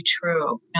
true